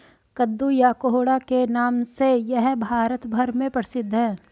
कद्दू या कोहड़ा के नाम से यह भारत भर में प्रसिद्ध है